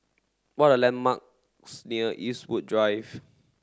what are landmarks near Eastwood Drive